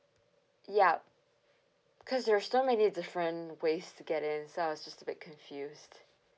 yup cause there're so many different ways to get in so I was just a bit confused